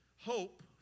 hope